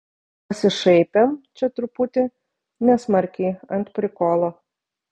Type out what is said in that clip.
pasišaipėm čia truputį nesmarkiai ant prikolo